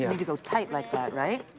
you need to go tight like that, right?